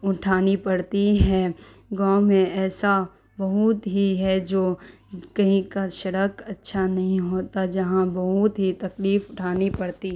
اٹھانی پڑتی ہے گاؤں میں ایسا بہت ہی ہے جو کہیں کا سڑک اچھا نہیں ہوتا جہاں بہت ہی تکلیف اٹھانی پڑتی